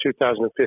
2015